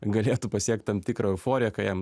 galėtų pasiekt tam tikrą euforiją kai jam